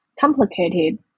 complicated